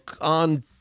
on